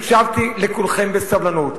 הקשבתי לכולכם בסבלנות.